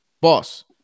Boss